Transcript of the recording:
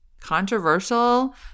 controversial